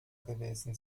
gewesen